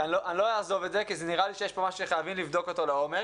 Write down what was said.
לא אעזוב את זה כי נראה לי שיש פה משהו שחייבים לבדוק אותו לעומק.